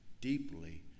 deeply